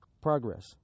progress